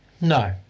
No